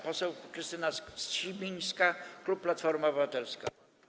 Poseł Krystyna Sibińska, klub Platforma Obywatelska.